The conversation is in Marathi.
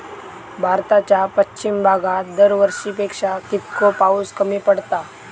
भारताच्या पश्चिम भागात दरवर्षी पेक्षा कीतको पाऊस कमी पडता?